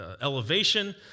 elevation